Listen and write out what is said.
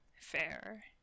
fair